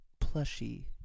plushy